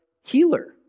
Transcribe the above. healer